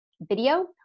video